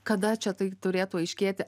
kada čia tai turėtų aiškėti